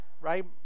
right